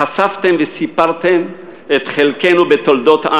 חשפתם וסיפרתם את חלקנו בתולדות עם